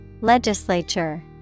Legislature